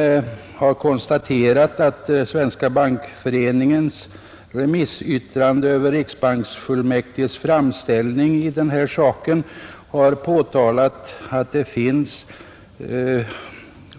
I motionen konstaterar man att Svenska bankföreningen i sitt remissyttrande över riksbanksfullmäktiges framställning i denna fråga har påtalat att det finns